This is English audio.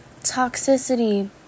toxicity